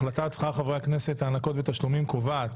החלטת שכר חברי הכנסת (הענקות ותשלומים) קובעת